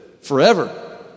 forever